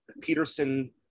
Peterson